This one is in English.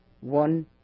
one